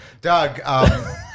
Doug